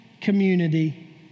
community